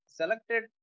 selected